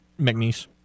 McNeese